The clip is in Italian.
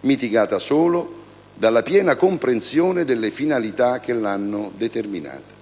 mitigata solo dalla piena comprensione delle finalità che l'hanno determinata.